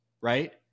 Right